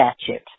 statute